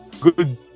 good